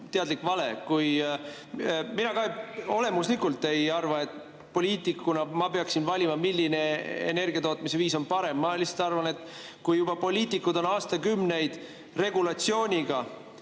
teadlik vale. Mina ka olemuslikult ei arva, et poliitikuna ma peaksin valima, milline energia tootmise viis on parem. Ma lihtsalt arvan, et kui juba poliitikud on aastakümneid regulatsiooniga